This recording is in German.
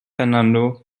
fernando